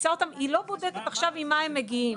מקפיצה אותם והיא לא בודקת עכשיו עם מה הם מגיעים.